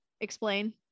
explain